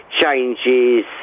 changes